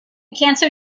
cancer